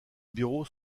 bureaux